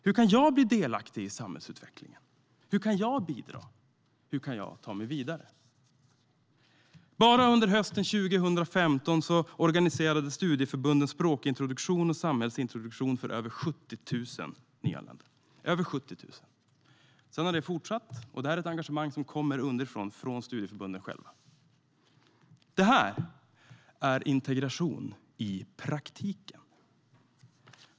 Hur kan jag bli delaktig i samhällsutvecklingen? Hur kan jag bidra? Hur kan jag ta mig vidare? Bara under hösten 2015 organiserade studieförbunden språkintroduktion och samhällsintroduktion för över 70 000 nyanlända. Sedan har det fortsatt, och det är ett engagemang som kommer underifrån, från studieförbunden själva. Detta är integration i praktiken.